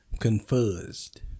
Confused